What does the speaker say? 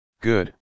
Good